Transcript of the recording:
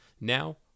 Now